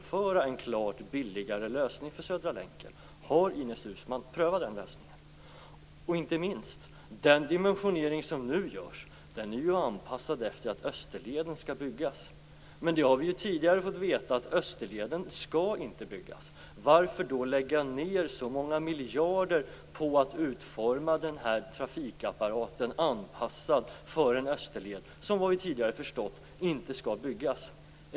Har Ines Uusmann prövat den lösningen? Den dimensionering som nu görs är ju anpassad efter att Österleden skall byggas. Men vi har tidigare fått veta att Österleden inte skall byggas. Varför då lägga ned så många miljarder på att utforma den här trafikapparaten så att den är anpassad för en österled som såvitt vi tidigare förstått inte skall byggas?